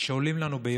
שעולים לנו ביוקר: